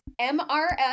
MRF